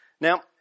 Now